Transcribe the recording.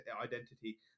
identity